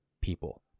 people